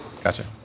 Gotcha